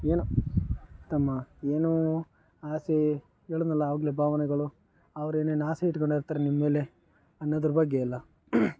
ಏನೊ ತಮ್ಮ ಏನೂ ಆಸೆ ಹೇಳಿದೆನಲ್ಲ ಆವಾಗಲೇ ಭಾವನೆಗಳು ಅವರು ಏನೇನು ಆಸೆಗಳು ಇಟ್ಕೊಂಡು ಇರ್ತಾರೆ ನಿಮ್ಮ ಮೇಲೆ ಅನ್ನೋದ್ರ ಬಗ್ಗೆ ಎಲ್ಲ